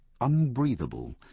unbreathable